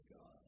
God